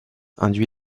induit